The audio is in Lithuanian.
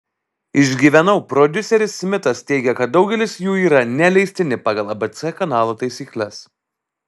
išgyvenau prodiuseris smitas teigia kad daugelis jų yra neleistini pagal abc kanalo taisykles